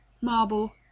marble